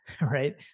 right